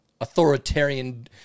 authoritarian